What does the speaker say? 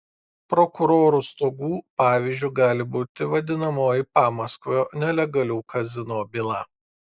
prokurorų stogų pavyzdžiu gali būti vadinamoji pamaskvio nelegalių kazino byla